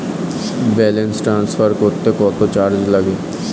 Balance transfer করতে কত charge লাগে?